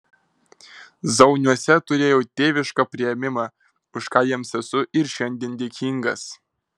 zauniuose turėjau tėvišką priėmimą už ką jiems esu ir šiandien dėkingas